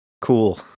Cool